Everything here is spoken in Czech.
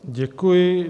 Děkuji.